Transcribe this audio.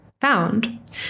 found